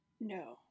No